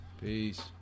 Peace